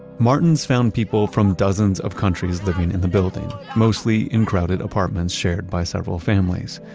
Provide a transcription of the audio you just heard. martens found people from dozens of countries living in the building. mostly in crowded apartments shared by several families.